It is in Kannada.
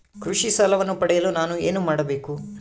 ಕೃಷಿ ಸಾಲವನ್ನು ಪಡೆಯಲು ನಾನು ಏನು ಮಾಡಬೇಕು?